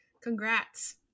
congrats